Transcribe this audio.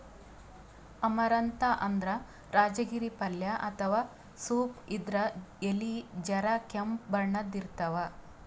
amaranth ಅಂದ್ರ ರಾಜಗಿರಿ ಪಲ್ಯ ಅಥವಾ ಸೊಪ್ಪ್ ಇದ್ರ್ ಎಲಿ ಜರ ಕೆಂಪ್ ಬಣ್ಣದ್ ಇರ್ತವ್